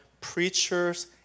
preachers